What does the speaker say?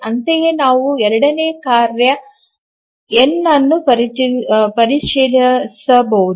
ಅಂತೆಯೇ ನಾವು ಎರಡನೇ ಕಾರ್ಯ n ಅನ್ನು ಪರಿಶೀಲಿಸಬಹುದು